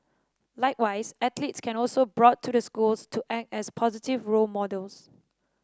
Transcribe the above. likewise athletes can also brought to the schools to act as positive role models